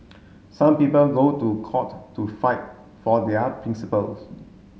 some people go to court to fight for their principles